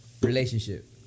relationship